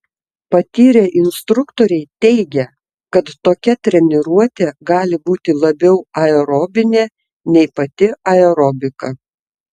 patyrę instruktoriai teigia kad tokia treniruotė gali būti labiau aerobinė nei pati aerobika